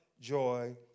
joy